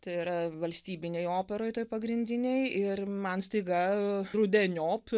tai yra valstybinėj operoj toj pagrindinėj ir man staiga rudeniop